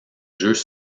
jeux